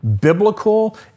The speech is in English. biblical